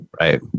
right